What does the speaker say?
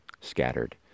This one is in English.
scattered